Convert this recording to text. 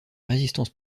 résistance